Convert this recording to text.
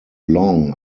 long